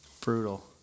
Brutal